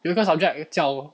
有一个 subject 叫